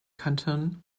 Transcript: canton